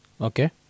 okay